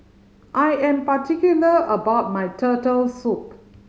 I am particular about my Turtle Soup